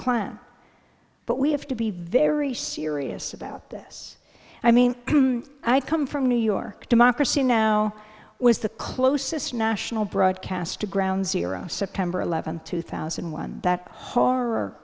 klan but we have to be very serious about this i mean i come from new york democracy now was the closest national broadcast to ground zero september eleventh two thousand and one that horror